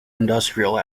industrial